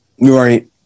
Right